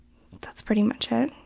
that's pretty much it.